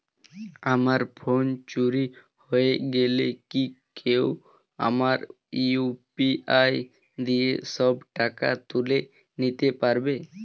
আমার ফোন চুরি হয়ে গেলে কি কেউ আমার ইউ.পি.আই দিয়ে সব টাকা তুলে নিতে পারবে?